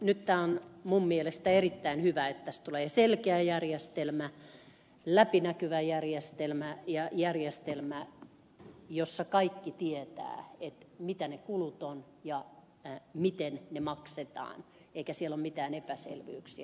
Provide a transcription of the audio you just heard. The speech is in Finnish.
nyt on minun mielestäni erittäin hyvä että tästä tulee selkeä läpinäkyvä järjestelmä ja järjestelmä jossa kaikki tietävät mitkä kulut ovat ja miten ne maksetaan eikä ole mitään epäselvyyksiä